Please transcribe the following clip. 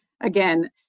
again